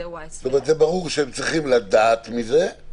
זאת אומרת, זה ברור שהם צריכים לדעת מזה,